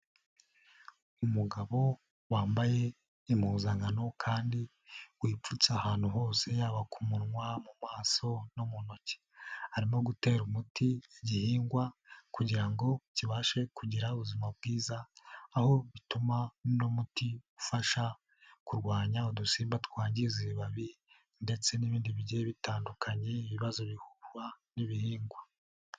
Umugabo wambaye impuzankano kandi wipfutse ahantu hose yaba ku munwa, mu maso no mu ntoki. Arimo gutera umuti igihingwa kugira ngo kibashe kugira ubuzima bwiza, aho bituma uno muti ufasha kurwanya udusimba twangiza ibibabi ndetse n'ibindi bigiye bitandukanye ibibazo bihura n'ibihingwa.